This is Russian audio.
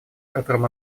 котором